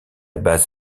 base